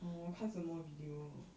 orh 看什么 video